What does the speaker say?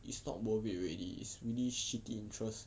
it's not worth it already is really shitty interest